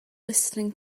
listening